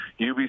UBC